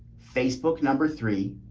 facebook number three,